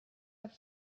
have